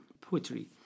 poetry